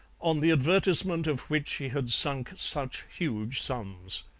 on the advertisement of which he had sunk such huge sums.